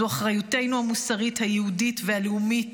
זו אחריותנו המוסרית, היהודית והלאומית